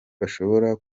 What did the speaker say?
bashobore